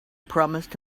promised